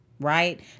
right